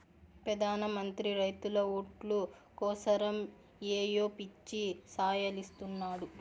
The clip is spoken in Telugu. పెదాన మంత్రి రైతుల ఓట్లు కోసరమ్ ఏయో పిచ్చి సాయలిస్తున్నాడు